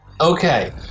Okay